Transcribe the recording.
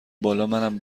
بالامنم